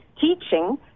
teaching